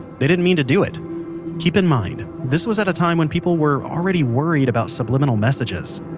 they didn't mean to do it keep in mind, this was at a time when people were already worried about subliminal messages